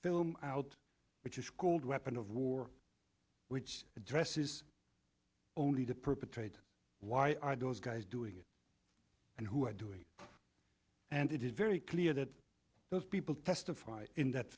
film out which is called weapon of war which addresses only the perpetrators why are those guys doing it and who are doing it and it is very clear that those people testified in that